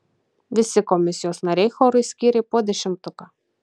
visi komisijos nariai chorui skyrė po dešimtuką